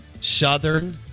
Southern